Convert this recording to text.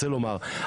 רוצה לומר,